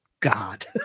God